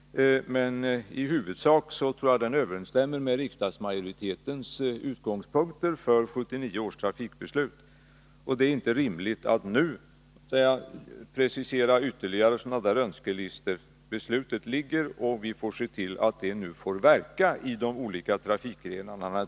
Men i huvudsak tror jag att den överensstämmer med riksdagsmajoritetens utgångspunkter för 1979 års trafikbeslut. Det är inte rimligt att nu precisera ytterligare önskelistor. Beslutet ligger fast, och vi får se till att det nu får verka inom de olika trafikgrenarna.